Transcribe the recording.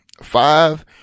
five